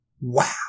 Wow